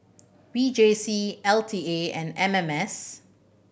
V J C L T A and M M S